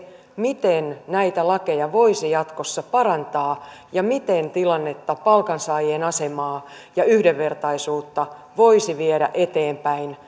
miten näitä lakeja voisi jatkossa parantaa ja miten tilannetta palkansaajien asemaa ja yhdenvertaisuutta voisi viedä eteenpäin